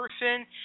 person